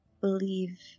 believe